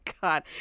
god